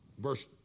Verse